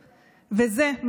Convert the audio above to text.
הזה.